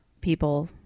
people